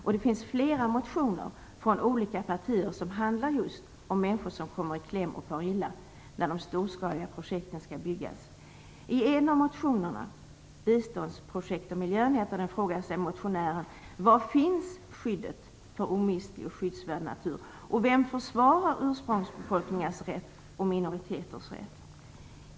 Det finns flera motioner från olika partier som handlar just om människor som kommer i kläm och far illa när de storskaliga projekten skall byggas. I en av motionerna, Biståndsprojekt och miljö, frågar sig motionären var skyddet finns för omistliga naturvärden. Vem försvarar ursprungsbefolkningars rätt och minoriteters rätt?